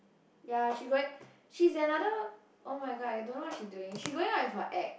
ya she going~ she's another oh-my-god I don't know what she doing she going out with her ex